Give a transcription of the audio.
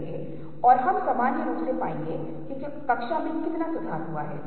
ऐसा क्यों है कि हम चीजों को इस विशेष तरीके से अनुभव करते हैं